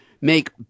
make